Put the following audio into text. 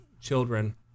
children